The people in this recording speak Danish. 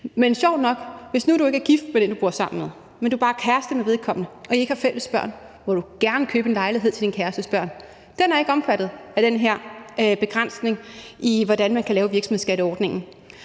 Men sjovt nok, hvis nu du ikke er gift med den, som du bor sammen med, men du bare er kæreste med vedkommende, og I ikke har fælles børn, må du gerne købe en lejlighed til din kærestes børn, for den er ikke omfattet af den her begrænsning i, hvordan man kan lave virksomhedsskatteordningen.